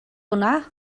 hwnna